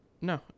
no